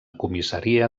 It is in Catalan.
comissaria